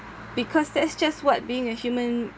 because that's just what being a human